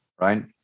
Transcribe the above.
right